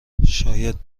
شاید